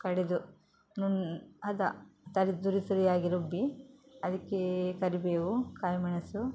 ಕಡೆದು ನುಣ್ ಹದ ತರಿ ತುರಿ ತುರಿಯಾಗಿ ರುಬ್ಬಿ ಅದಕ್ಕೆ ಕರಿಬೇವು ಕಾಯಿಮೆಣಸು